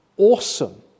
Awesome